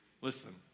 Listen